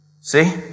See